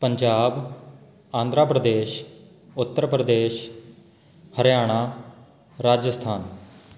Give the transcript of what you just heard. Punjab Andhra Pradesh Uttar Pradesh Haryana Rajasthan